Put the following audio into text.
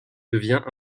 devient